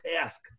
task